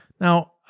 Now